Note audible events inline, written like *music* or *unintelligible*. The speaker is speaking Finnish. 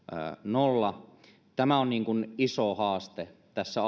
nolla tämä on iso haaste tässä *unintelligible*